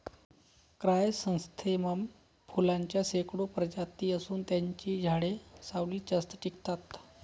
chrysanthemum फुलांच्या शेकडो प्रजाती असून त्यांची झाडे सावलीत जास्त टिकतात